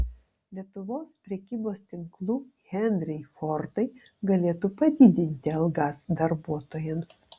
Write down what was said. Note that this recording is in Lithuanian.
lietuvos prekybos tinklų henriai fordai galėtų padidinti algas darbuotojams